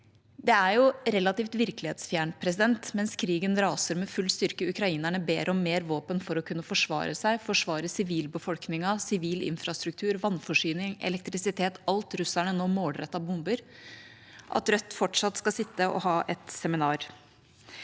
Det er relativt virkelighetsfjernt: Mens krigen raser med full styrke og ukrainerne ber om mer våpen for å kunne forsvare seg, forsvare sivilbefolkningen, sivil infrastruktur, vannforsyning, elektrisitet – alt russerne nå målrettet bomber – sitter Rødt fortsatt og har et seminar.